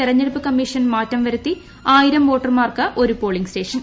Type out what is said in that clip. തിരഞ്ഞെടുപ്പ് കമ്മീഷൻ മാറ്റം വരുത്തി് ആയിരം വോട്ടർമാർക്ക് ഒരു പോളിംഗ് സ്റ്റേഷൻ